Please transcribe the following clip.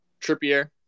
Trippier